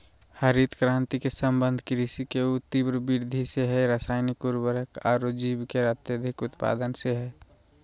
हरित क्रांति के संबंध कृषि के ऊ तिब्र वृद्धि से हई रासायनिक उर्वरक आरो बीज के अत्यधिक उत्पादन से हई